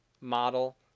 model